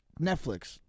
Netflix